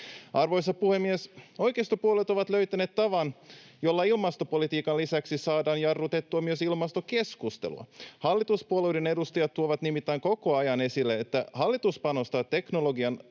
Arvoisa puhemies! Oikeistopuolueet ovat löytäneet tavan, jolla ilmastopolitiikan lisäksi saadaan jarrutettua myös ilmastokeskustelua. Hallituspuolueiden edustajat tuovat nimittäin koko ajan esille, että hallitus panostaa teknologian